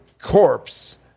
corpse